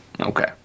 okay